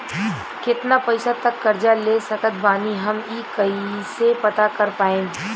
केतना पैसा तक कर्जा ले सकत बानी हम ई कइसे पता कर पाएम?